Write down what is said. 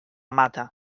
mata